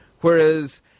Whereas